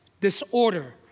disorder